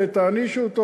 ותענישו אותו,